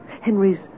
Henry's